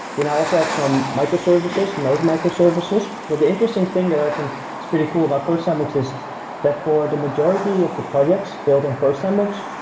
we now also have some microservices, node microservices the the interesting thing that i think is pretty cool about codesandbox is that for the majority of the projects built on codesandbox,